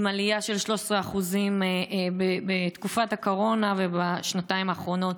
עלייה של 13% בתקופת הקורונה ובשנתיים האחרונות.